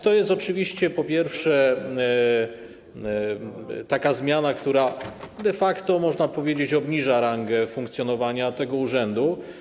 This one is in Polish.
To jest oczywiście, po pierwsze, taka zmiana, która de facto, można powiedzieć, obniża rangę funkcjonowania tego urzędu.